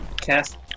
cast